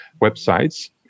websites